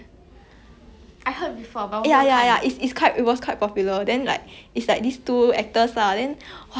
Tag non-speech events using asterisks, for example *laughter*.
!wah! I tell you the cast is damn handsome man *laughs* 两个两个都看